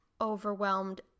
overwhelmed